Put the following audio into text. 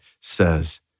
says